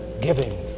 giving